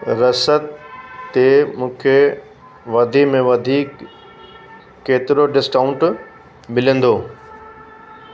रस ते मूंखे वधि में वधीक केतिरो डिस्टाऊंट मिलंदो